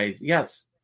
Yes